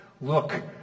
Look